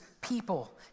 people